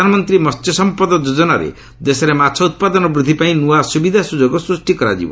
ପ୍ରଧାନମନ୍ତ୍ରୀ ମହ୍ୟସମ୍ପଦ ଯୋଜନାରେ ଦେଶରେ ମାଛ ଉତ୍ପାଦନ ବୃଦ୍ଧି ପାଇଁ ନୂଆ ସୁବିଧା ସୁଯୋଗ ସୃଷ୍ଟି କରାଯିବ